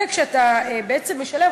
וכשאתה משלם,